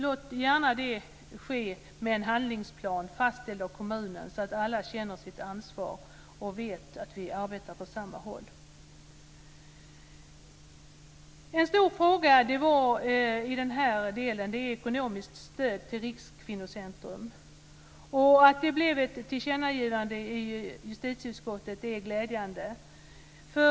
Låt gärna det ske med en handlingsplan fastställd av kommunen så att alla känner sitt ansvar och vet att de arbetar åt samma håll. En stor fråga är ekonomiskt stöd till Rikskvinnocentrum. Att det blev ett tillkännagivande av justitieutskottet är glädjande.